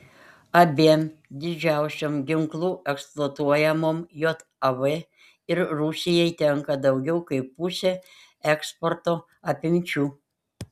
abiem didžiausiom ginklų eksportuotojom jav ir rusijai tenka daugiau kaip pusė eksporto apimčių